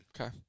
Okay